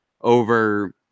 over